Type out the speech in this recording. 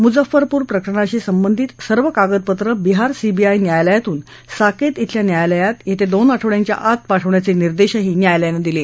मुजफ्फरपूर प्रकरणाशी संबंधित सर्व कागदपत्रं बिहार सीबीआय न्यायालयातून साकेत बेल्या न्यायालयात दोन आठवड्याच्या आत पाठवण्याचे निर्देशही न्यायालयानं दिले